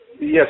yes